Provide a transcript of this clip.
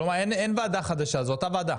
כלומר אין ועדה חדשה זו אותה ועדה?